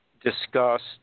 discussed